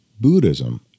Buddhism